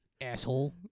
asshole